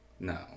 No